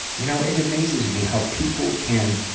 you know, it amazes me how people can,